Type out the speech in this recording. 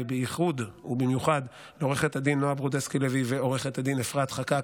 ובייחוד ובמיוחד לעו"ד נועה ברודסקי לוי ולעו"ד הדין אפרת חקאק,